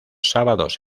sábados